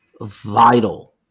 vital